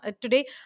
today